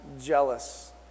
jealous